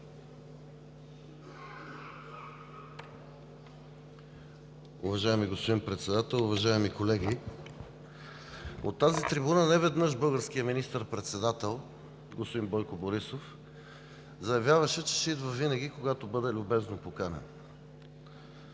Уважаеми господин Председател, уважаеми колеги, от тази трибуна неведнъж българският министър-председател господин Бойко Борисов заявяваше, че ще идва винаги, когато бъде любезно поканен.